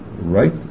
right